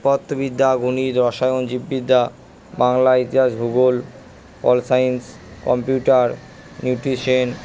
পদার্থবিদ্যা গণিত রসায়ন জীববিদ্যা বাংলা ইতিহাস ভূগোল পল সায়েন্স কম্পিউটার নিউট্রিশন